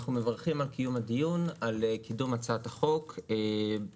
אנחנו מברכים על קיום הדיון ועל קידום הצעת החוק ביום